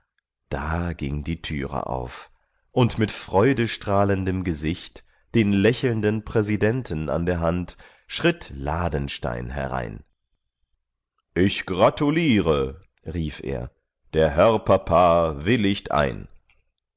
einhalten da ging die türe auf und mit freudestrahlendem gesicht den lächelnden präsidenten an der hand schritt ladenstein herein ich gratuliere rief er der herr papa willigt ein